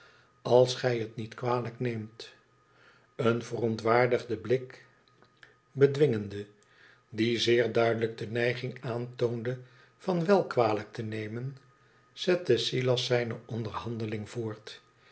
als gij het niet kwalijk neemt een verontwaardigden blik bedwingende cue zeer duidelijk de neiging aantoonde van wèl kwalijk te nemen zet silas zijne onderhandeling voort